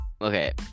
okay